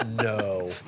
No